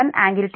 4 1